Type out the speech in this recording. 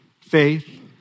faith